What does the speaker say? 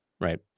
Right